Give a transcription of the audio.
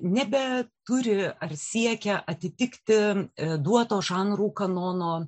nebe turi ar siekia atitikti duoto žanrų kanono